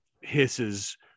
hisses